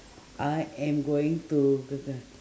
I am going to google